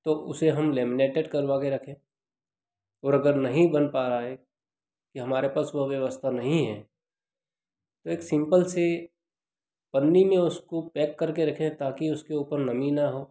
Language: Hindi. तो उसे हम लेमिनेटेड करवा के रखें और अगर नहीं बन पा रहा है कि हमारे पास वह व्यवस्था नहीं है तो एक सिम्पल सी पन्नी में उसको पैक करके रखें ताकि उसके उपर नमीं ना हो